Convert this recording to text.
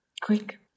Quick